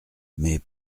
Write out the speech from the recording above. mais